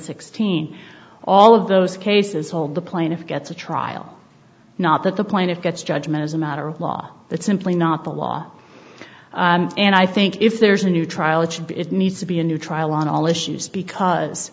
sixteen all of those cases hold the plaintiff gets a trial not that the plaintiff gets judgment as a matter of law that's simply not the law and i think if there's a new trial it should be it needs to be a new trial on all issues because